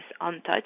untouched